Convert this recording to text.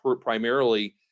primarily